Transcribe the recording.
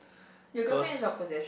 cause